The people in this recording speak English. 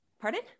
Pardon